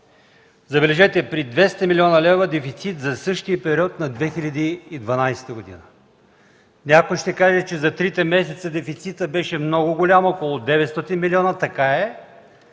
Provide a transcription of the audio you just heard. Забележете, при 200 млн. лв. дефицит за същия период на 2012 г. Някой ще каже, че за трите месеца дефицитът е много голям – около 900 млн. лв.